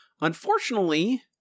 Unfortunately